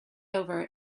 over